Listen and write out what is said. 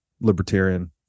libertarian